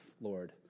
Lord